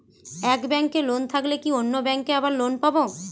এক ব্যাঙ্কে লোন থাকলে কি অন্য ব্যাঙ্কে আবার লোন পাব?